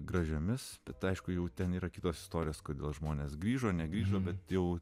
gražiomis bet aišku jau ten yra kitas istorijas kodėl žmonės grįžo negrįžo bet jau